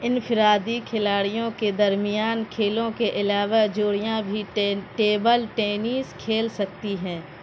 انفرادی کھلاڑیوں کے درمیان کھیلوں کے علاوہ جوڑیاں بھی ٹیبل ٹینس کھیل سکتی ہیں